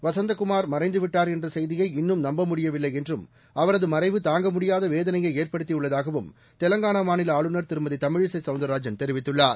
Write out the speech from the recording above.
வசந்தகுமார் மறைந்துவிட்டார் என்ற செய்தியை இன்னும் நம்பமுடியவில்லை என்றும் அவரது மறைவு தாங்கமுடியாத வேதனையை ஏற்படுத்தியுள்ளதாகவும் தெலங்கானா மாநில ஆளுநர் திருமதி தமிழிசை சௌந்தரராஜன் தெரிவித்துள்ளார்